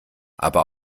aber